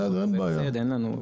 בסדר, אין בעיה.